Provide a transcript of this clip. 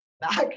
Back